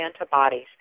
antibodies